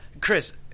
Chris